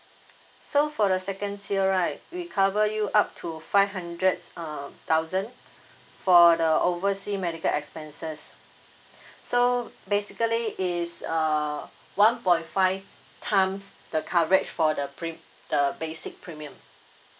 so for the second tier right we cover you up to five hundreds um thousand for the oversea medical expenses so basically it's err one point five times the coverage for the pre~ the basic premium